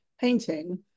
painting